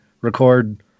record